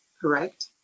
Correct